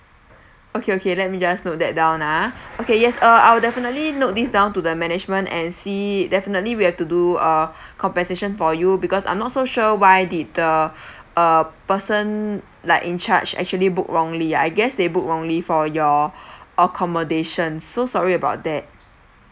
okay okay let me just note that down ah okay yes uh I'll definitely note this down to the management and see definitely we have to do uh compensation for you because I'm not so sure why did the uh person like in charge actually booked wrongly I guess they booked wrongly for your accommodations so sorry about that